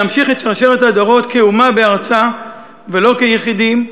להמשיך את שרשרת הדורות כאומה בארצה ולא כיחידים,